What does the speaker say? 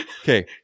Okay